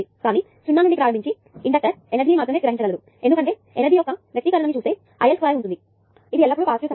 కానీ 0 నుండి ప్రారంభించి ఇండక్టర్ ఎనర్జీ ని మాత్రమే గ్రహించగలదు ఎందుకంటే ఎనర్జీ యొక్క వ్యక్తీకరణ ని చూస్తే IL2 ఉంటుంది ఇది ఎల్లప్పుడూ పాజిటివ్ సంఖ్య